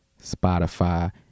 Spotify